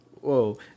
whoa